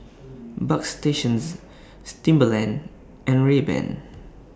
Bagstationz Timberland and Rayban